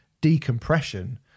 decompression